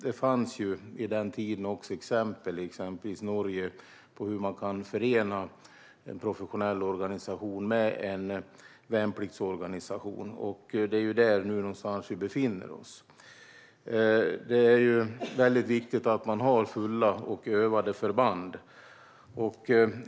Vid den tiden fanns det också exempel på hur man, i bland annat Norge, hade förenat en professionell organisation med en värnpliktsorganisation. Det är här någonstans vi befinner oss nu. Det är viktigt att ha fulltaliga och övade förband.